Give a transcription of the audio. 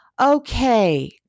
Okay